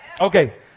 Okay